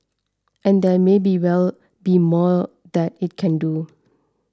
and there may be well be more that it can do